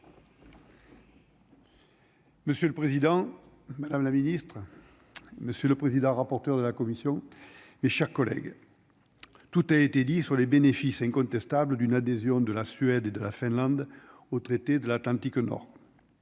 Monsieur le Président, Madame la Ministre, Monsieur le Président, rapporteur de la commission, mes chers collègues, tout a été dit sur les bénéfices incontestables d'une adhésion de la Suède, de la Finlande au traité de l'Atlantique nord,